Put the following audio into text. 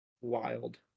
wild